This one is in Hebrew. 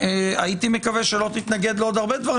הייתי מקווה שלא תתנגד לעוד הרבה דברים